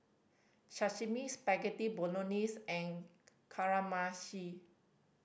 Sashimi Spaghetti Bolognese and Kamameshi